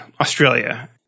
Australia